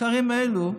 השרים האלה,